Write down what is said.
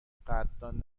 قدردان